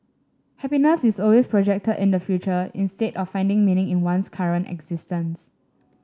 happiness is always projected in the future instead of finding meaning in one's current existence